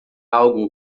algo